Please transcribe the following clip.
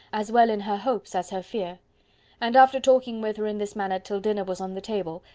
as well in her hopes as her fear and after talking with her in this manner till dinner was on the table,